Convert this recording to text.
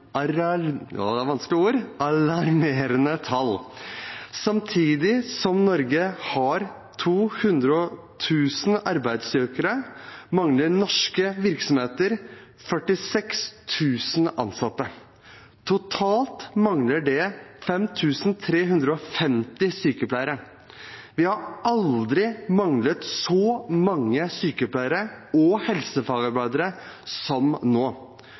alarmerende tall: Samtidig som Norge har 200 000 arbeidssøkere, mangler norske virksomheter 46 000 ansatte. Totalt mangler det 5 350 sykepleiere. Vi har aldri manglet så mange sykepleiere og helsefagarbeidere som nå.